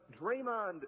Draymond